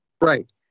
Right